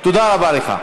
תודה רבה לך.